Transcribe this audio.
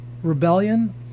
rebellion